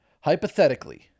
hypothetically